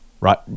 right